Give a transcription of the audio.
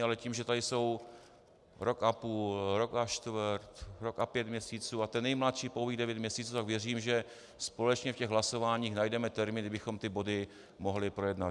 Ale tím, že tady jsou rok a půl, rok a čtvrt, rok a pět měsíců a ten nejmladší pouhých devět měsíců, tak věřím, že společně v těch hlasováních najdeme termín, kdy bychom ty body mohli projednat.